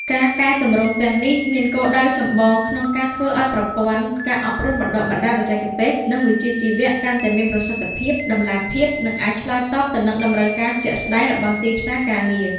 ការកែទម្រង់ទាំងនេះមានគោលដៅចម្បងក្នុងការធ្វើឱ្យប្រព័ន្ធ ការអប់រំបណ្តុះបណ្តាលបច្ចេកទេស និងវិជ្ជាជីវៈ កាន់តែមានប្រសិទ្ធភាព តម្លាភាព និងអាចឆ្លើយតបទៅនឹងតម្រូវការជាក់ស្តែងរបស់ទីផ្សារការងារ។